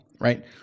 right